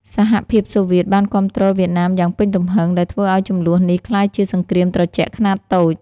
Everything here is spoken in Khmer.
សហភាពសូវៀតបានគាំទ្រវៀតណាមយ៉ាងពេញទំហឹង ដែលធ្វើឱ្យជម្លោះនេះក្លាយជាសង្គ្រាមត្រជាក់ខ្នាតតូច។